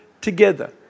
together